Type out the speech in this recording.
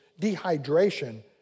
dehydration